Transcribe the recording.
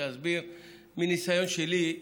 להסביר מניסיון שלי,